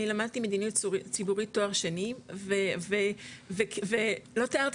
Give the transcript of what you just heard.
אני למדתי מדיניות ציבורית תואר שני ולא תיארתי